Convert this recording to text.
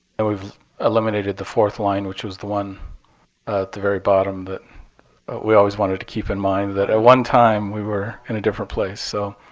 and we've eliminated the fourth line, which was the one at the very bottom that we always wanted to keep in mind that at one time we were in a different place. so